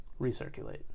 Recirculate